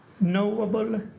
knowable